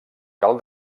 cal